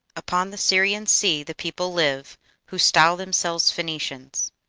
upon the syrian sea the people live who style themselves phoenicians.